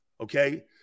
Okay